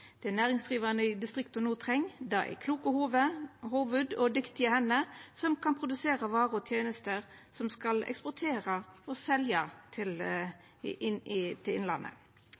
Det som næringsdrivande i distrikta no treng, er kloke hovud og dyktige hender som kan produsera varer og tenester som skal eksporterast og seljast til innlandet. Dette var Solberg-regjeringa godt i